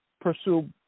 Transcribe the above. pursue